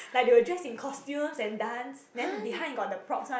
like they will just in costumes and dances then behind got the props one